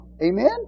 Amen